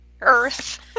earth